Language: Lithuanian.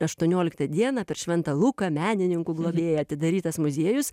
aštuonioliktą dieną per šventą luką menininkų globėją atidarytas muziejus